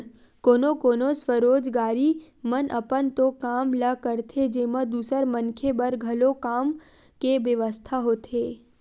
कोनो कोनो स्वरोजगारी मन अपन तो काम ल करथे जेमा दूसर मनखे बर घलो काम के बेवस्था होथे